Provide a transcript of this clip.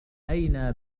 أين